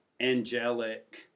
angelic